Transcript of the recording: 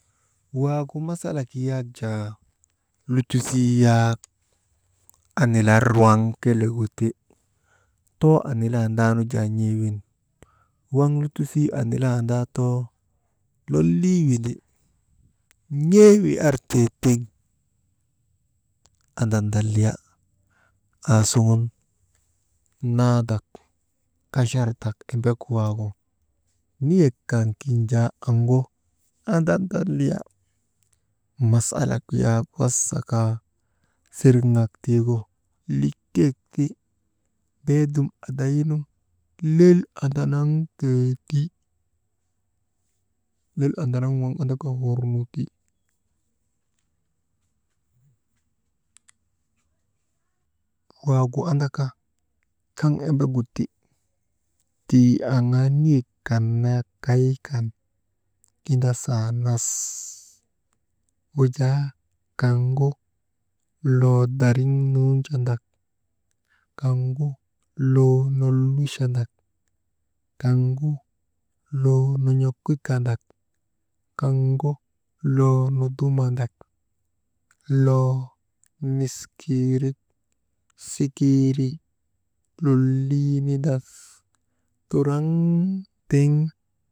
Waagu masalak zak jaa lutisii yak annular waŋ kelegu ti, too anilaandaa nu jaa n̰ee wiŋ waŋ lutisii anilandaa too lolii windi, n̰eewi artee tiŋ andandaliya aasuŋun naadak, kachardak embegu waagu niyek kan kinjaa amgu, andadaliya, masalak yak wasa kaa siriŋ nak tiigu, likek ti beedum adaynu lel andanaŋ tee ti, lel andanaŋ waŋ andaka hornu ti, waagu andaka taŋ embegu ti, tii aŋaa niyek kan naa kay kan indasaa nas wujaa kaŋgu loo dariŋ nuunjadak, kaŋgu loo nolichandak kaŋgu loo non̰okikandak, kaŋgu loo nudumandak, loo niskiirik, sikiiri, lolii nindas turaŋ tiŋ.